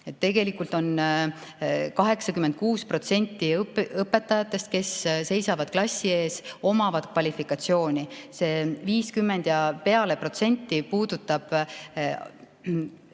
Tegelikult 86% õpetajatest, kes seisavad klassi ees, omavad kvalifikatsiooni, see 50 ja peale protsenti puudutab